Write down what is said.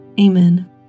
Amen